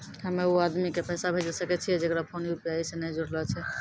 हम्मय उ आदमी के पैसा भेजै सकय छियै जेकरो फोन यु.पी.आई से नैय जूरलो छै?